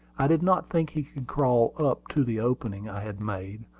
i did not think he could crawl up to the opening i had made,